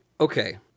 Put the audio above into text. okay